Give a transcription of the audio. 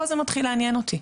פה זה מתחיל לעניין אותי.